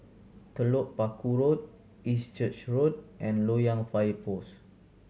Telok Paku Road East Church Road and Loyang Fire Post